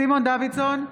סימון דוידסון,